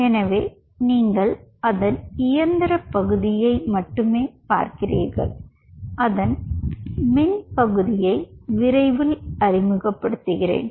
எனவே இங்கே நீங்கள் அதன் இயந்திர பகுதியை மட்டுமே பார்க்கிறீர்கள் அதன் மின் பகுதியை விரைவில் அறிமுகப்படுத்துகிறேன்